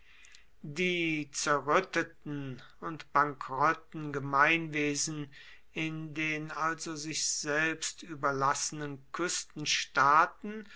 die zerrütteten und bankerotten gemeinwesen in den also sich selbst überlassenen